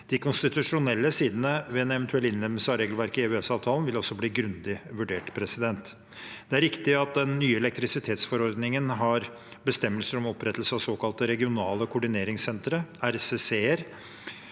De konstitusjonelle sidene ved en eventuell innlemmelse av regelverket i EØSavtalen vil også bli grundig vurdert. Det er riktig at den nye elektrisitetsforordningen har bestemmelser om opprettelse av såkalte regionale koordineringssentre, RCC-er.